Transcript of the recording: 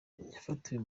yafatiwe